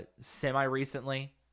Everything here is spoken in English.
semi-recently